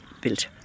built